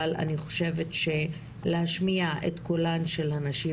אבל אני חושבת שלהשמיע את קולן של הנשים,